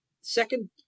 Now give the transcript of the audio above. Second